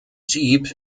jeep